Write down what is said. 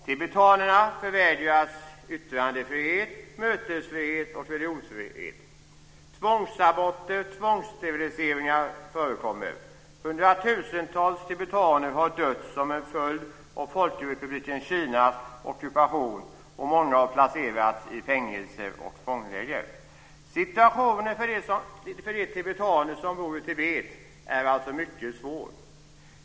Tibetanerna förvägras yttrandefrihet, mötesfrihet och religionsfrihet. Tvångsaborter och tvångssteriliseringar förekommer. Hundratusentals tibetaner har dött som en följd av Folkrepubliken Kinas ockupation, och många har placerats i fängelser och fångläger. Situationen för de tibetaner som bor i Tibet är alltså mycket svår.